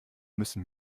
müssen